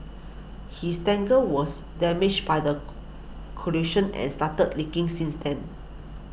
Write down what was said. his tanker was damaged by the collision and started leaking since then